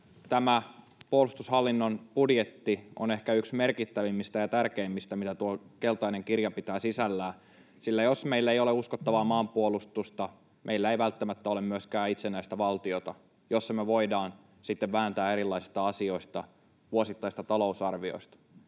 tämä puolustushallinnon budjetti on ehkä yksi merkittävimmistä ja tärkeimmistä, mitä tuo keltainen kirja pitää sisällään, sillä jos meillä ei ole uskottavaa maanpuolustusta, meillä ei välttämättä ole myöskään itsenäistä valtiota, jossa me voidaan sitten vääntää erilaisista asioista, vuosittaisista talousarvioista.